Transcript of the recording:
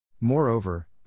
Moreover